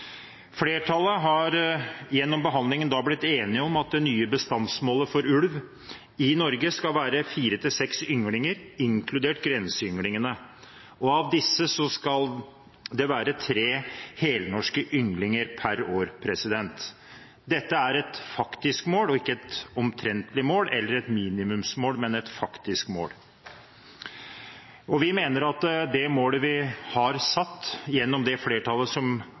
Flertallet har gjennom behandlingen blitt enige om at det nye bestandsmålet for ulv i Norge skal være fire–seks ynglinger, inkludert grenseynglingene. Av disse skal det være tre helnorske ynglinger per år. Dette er et faktisk mål og ikke et omtrentlig mål eller et minimumsmål – men altså et faktisk mål. Vi mener at det målet vi har satt – gjennom det som flertallet i komiteen har kommet til – ligger innenfor det som